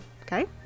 okay